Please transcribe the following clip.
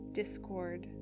discord